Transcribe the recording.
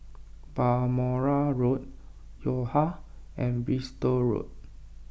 Balmoral Road Yo Ha and Bristol Road